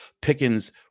Pickens